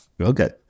okay